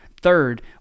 Third